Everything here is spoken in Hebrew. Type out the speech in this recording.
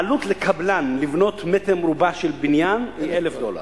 העלות לקבלן לבניית מטר מרובע של בניין היא 1,000 דולר,